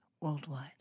worldwide